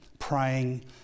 praying